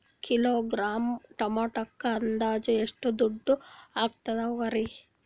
Kilogram ಟೊಮೆಟೊಕ್ಕ ಅಂದಾಜ್ ಎಷ್ಟ ದುಡ್ಡ ಅಗತವರಿ?